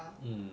mm